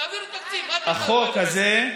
תעבירו תקציב, מה, יהיה החוק הזה,